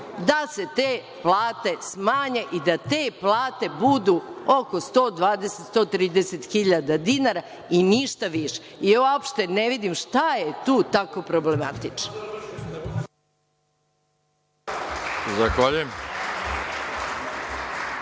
da se te plate smanje i da te plate budu oko 120, 130.000 dinara i ništa više. Ja uopšte ne vidim šta je tu tako problematično?